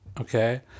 okay